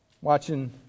Watching